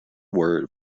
were